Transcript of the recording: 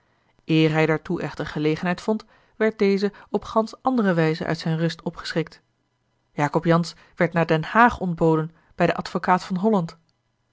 hij daartoe echter gelegenheid vond werd deze op gansch andere wijze uit zijne rust opgeschrikt jacob jansz werd naar den haag ontboden bij den advocaat van holland